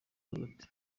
hagati